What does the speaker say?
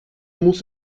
muss